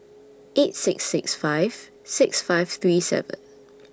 eight six six five six five three seven